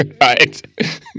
Right